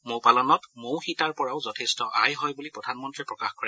মৌ পালনত মৌ সিতাৰ পৰাও যথেষ্ট আয় হয় বুলি প্ৰধানমন্ত্ৰীয়ে প্ৰকাশ কৰে